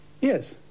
Yes